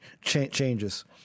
changes